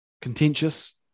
Contentious